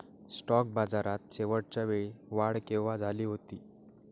Stock बाजारात शेवटच्या वेळी वाढ केव्हा झाली होती?